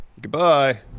Goodbye